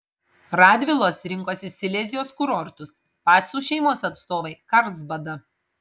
radvilos rinkosi silezijos kurortus pacų šeimos atstovai karlsbadą